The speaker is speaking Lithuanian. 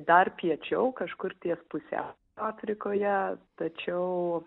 dar piečiau kažkur ties pusia afrikoje tačiau